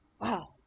Wow